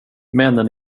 männen